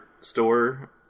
store